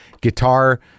guitar